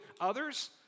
others